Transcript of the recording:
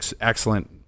excellent